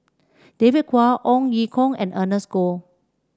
David Kwo Ong Ye Kung and Ernest Goh